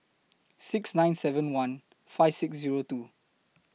six nine seven one five six Zero two